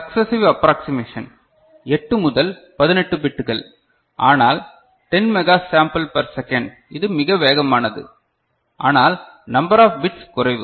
successive approximation 8 முதல் 18 பிட்கள் ஆனால் 10 மெகா சாம்பல் பெர் செகண்ட் இது மிக வேகமானது ஆனால் நம்பர் ஆப் பிட்ஸ் குறைவு